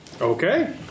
Okay